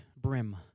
brim